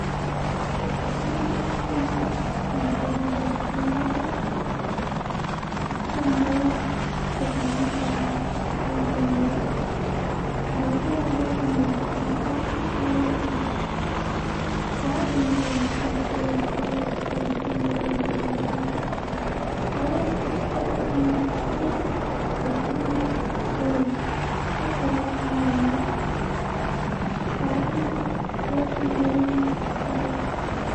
عشان انشأ حساب ببريد الكتروني اول شيء اختار مزود خدمة مثل الجيميل، بعدين اروح لموقعهم واظغط على انشاء حساب، واعبي المعلومات المطلوبة مثل الاسم الثاني رقم الهاتف، بعدين اختار اسم المستخدم و كلمة المرور قوية، واتبع التعليمات وبعدها سيرسل لي رمز التأكيد الحساب.